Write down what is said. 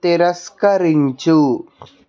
తిరస్కరించు